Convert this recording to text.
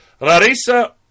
Larissa